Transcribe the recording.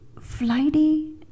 Flighty